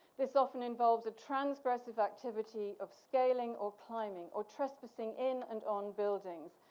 this often involves a transgressive activity of scaling or climbing or trespassing in and on buildings.